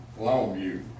Longview